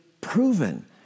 proven